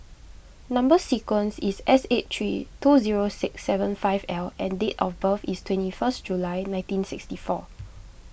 Number Sequence is S eight three two zero six seven five L and date of birth is twenty first July nineteen sixty four